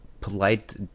polite